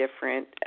different